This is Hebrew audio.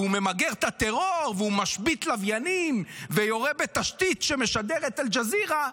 והוא ממגר את הטרור והוא משבית לוויינים ויורה בתשתית שמשדרת אל-ג'זירה,